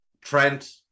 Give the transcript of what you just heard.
Trent